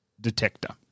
detector